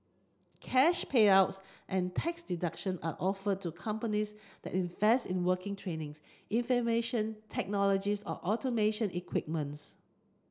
cash payouts and tax deduction are offered to companies that invest in working training's information technologies or automation equipment's